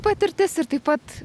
patirtis ir taip pat